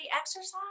exercise